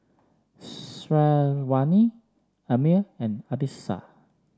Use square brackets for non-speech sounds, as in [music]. [unintelligible] Syazwani Ammir and Arissa